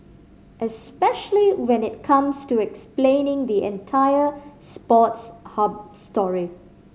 especially when it comes to explaining the entire Sports Hub story